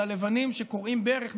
עם הלבנים שכורעים ברך,